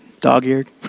dog-eared